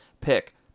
pick